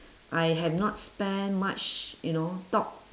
I have not spend much you know talk